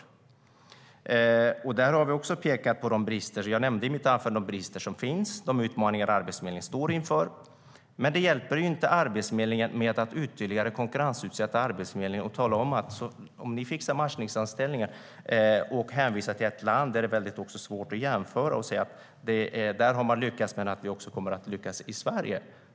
Jag nämnde i mitt anförande de brister som finns och de utmaningar som de står inför. Det hjälper inte Arbetsförmedlingen att ytterligare konkurrensutsätta dem och tala om att de ska fixa matchningsanställningar. Det hjälper inte heller att hänvisa till ett land som det är svårt att jämföra med. Man kan inte säga att vi kommer att lyckas i Sverige bara för att de har lyckats där.